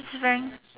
it's frank